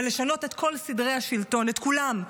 אבל לשנות את כל סדרי השלטון, את כולם,